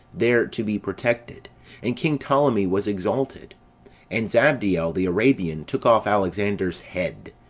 there to be protected and king ptolemee was exalted and zabdiel the arabian took off alexander's head,